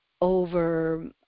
over